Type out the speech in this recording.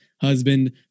husband